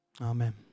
Amen